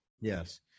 Yes